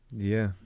yeah.